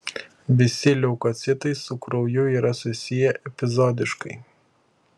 visi leukocitai su krauju yra susiję epizodiškai